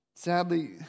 Sadly